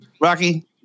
Rocky